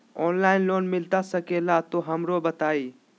Online loan मिलता सके ला तो हमरो बताई?